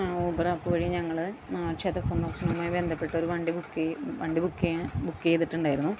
ഊമ്പറാപ്പുവഴി ഞങ്ങൾ ക്ഷേത്ര സന്ദർശനവുമായി ബന്ധപ്പെട്ടൊരു വണ്ടി ബുക്ക് ചെയ് വണ്ടി ബുക്ക് ചെയ്യാൻ വണ്ടി ബുക്ക് ചെയ്തിട്ടുണ്ടാരുന്നു